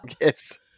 Yes